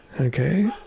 Okay